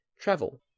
travel